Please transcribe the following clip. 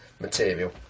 material